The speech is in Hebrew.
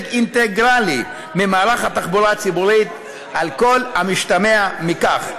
אינטגרלי ממערך התחבורה הציבורית על כל המשתמע מכך.